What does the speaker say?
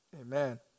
Amen